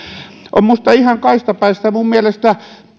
on minusta ihan kaistapäistä minun mielestäni